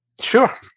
Sure